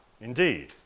Indeed